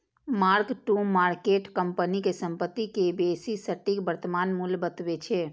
mark to market company के संपत्ति के बेसी सटीक वर्तमान मूल्य बतबै छै